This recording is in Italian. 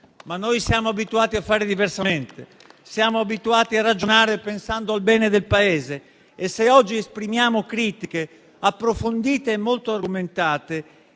però siamo abituati a fare diversamente, a ragionare pensando al bene del Paese e, se oggi esprimiamo critiche approfondite e molto argomentate,